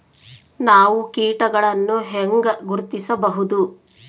ನಾವು ಕೇಟಗಳನ್ನು ಹೆಂಗ ಗುರ್ತಿಸಬಹುದು?